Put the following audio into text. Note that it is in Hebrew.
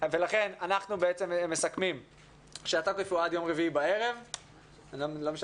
אנחנו מסכמים שהתוקף הוא עד יום רביעי ב-8 בערב,